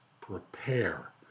Prepare